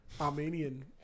Armenian